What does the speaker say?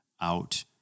out